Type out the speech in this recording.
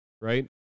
right